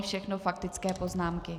Všechno faktické poznámky.